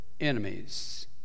enemies